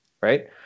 right